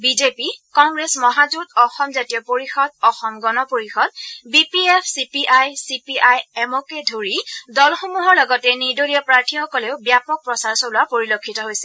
BJP Congress মহাজোট Asom Jatiya Parishad Asom Gana Parishad B P F C P I C P I এমকে ধৰি দলসমূহৰ লগতে নিৰ্দলীয় প্ৰাৰ্থীসকলেও ব্যাপক প্ৰচাৰ চলোৱা পৰিলক্ষিত হৈছে